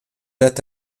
wert